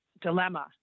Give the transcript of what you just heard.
dilemma